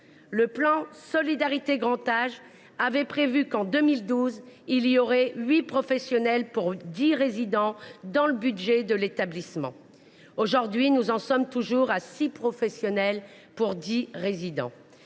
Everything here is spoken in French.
le plan Solidarité Grand Âge prévoyait que, en 2012, il y aurait huit professionnels pour dix résidents dans le budget de l’établissement. Aujourd’hui, nous en sommes toujours à six professionnels pour dix résidents